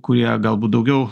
kurie galbūt daugiau